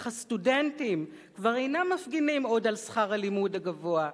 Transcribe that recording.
איך הסטודנטים כבר אינם מפגינים עוד על שכר הלימוד הגבוה,